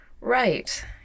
right